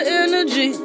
energy